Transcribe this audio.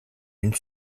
une